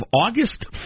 August